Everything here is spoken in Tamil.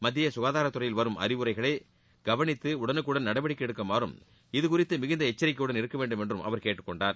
மத்திய சுகாதாரத்துறையில் வரும் அறிவுரைகளை கவளித்து உடனுக்குடன் நடவடிக்கை எடுக்குமாறும் இதுகுறித்து மிகுந்த எச்சரிக்கையுடன் இருக்கவேண்டும் என்றும் அவர் கேட்டுக்கொண்டார்